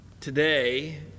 today